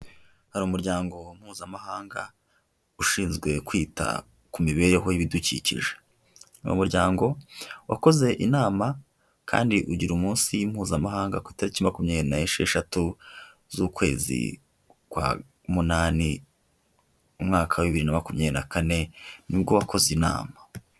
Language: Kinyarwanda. Hari umuryango Mpuzamahanga ushinzwe kwita ku mibereho y'ibidukikije, uyu muryango wakoze inama kandi ugira umunsi Mpuzamahanga ku itariki makumyabiri n'esheshatu z'ukwezi kwa munani, umwaka wa bibiri na makumyabiri na kane nibwo wakoze inama.